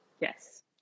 Yes